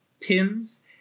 pins